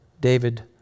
David